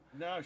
No